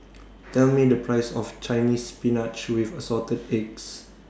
Tell Me The Price of Chinese Spinach with Assorted Eggs